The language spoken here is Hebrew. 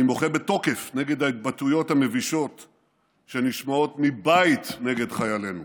אני מוחה בתוקף נגד ההתבטאויות המבישות שנשמעות מבית נגד חיילינו